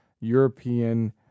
European